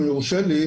אם יורשה לי,